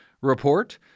report